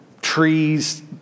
trees